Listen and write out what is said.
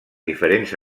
diferents